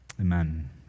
Amen